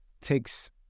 takes